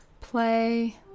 Play